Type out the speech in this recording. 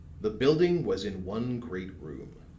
the building was in one great room.